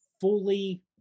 fully